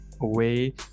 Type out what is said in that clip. away